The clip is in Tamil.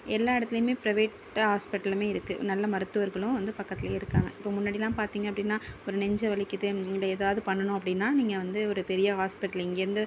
எல்லா இடத்துலையுமே ப்ரைவேட்டு ஹாஸ்பிட்டலும் இருக்குது நல்ல மருத்துவர்களும் வந்து பக்கத்துலேயே இருக்காங்க இப்போ முன்னாடிலாம் பார்த்தீங்க அப்படின்னா ஒரு நெஞ்சை வலிக்குது இல்லலை ஏதாவது பண்ணணும் அப்படின்னா நீங்கள் வந்து ஒரு பெரிய ஹாஸ்பிட்டலு இங்கேயிருந்து